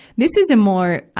this is a more,